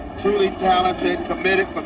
truly talented, committed but